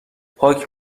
پاک